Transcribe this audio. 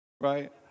Right